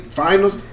finals